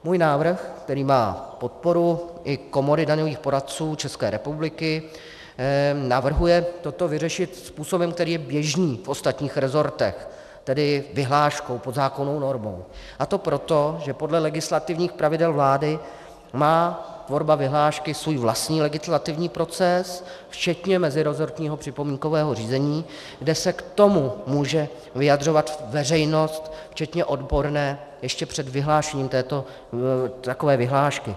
Můj návrh, který má podporu i Komory daňových poradců České republiky, navrhuje toto vyřešit způsobem, který je běžný v ostatních resortech, tedy vyhláškou, podzákonnou normou, a to proto, že podle legislativních pravidel vlády má tvorba vyhlášky svůj vlastní legislativní proces včetně meziresortního připomínkového řízení, kde se k tomu může vyjadřovat veřejnost včetně odborné ještě před vyhlášením takové vyhlášky.